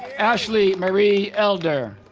ashley marie elder